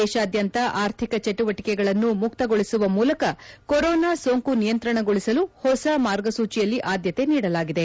ದೇಶಾದ್ಯಂತ ಆರ್ಥಿಕ ಚಟುವಟಿಕೆಗಳನ್ನು ಮುಕ್ತಗೊಳಿಸುವ ಮೂಲಕ ಕೊರೋನಾ ಸೋಂಕು ನಿಯಂತ್ರಣಗೊಳಿಸಲು ಹೊಸ ಮಾರ್ಗಸೂಚಿಯಲ್ಲಿ ಆದ್ಯತೆ ನೀಡಲಾಗಿದೆ